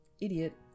idiot